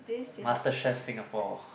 Master Chef Singapore